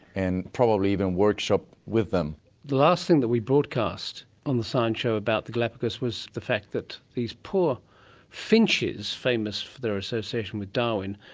and probably even workshop with them. the last thing that we broadcast on the science show about the galapagos was the fact these poor finches, famous for their association with darwin,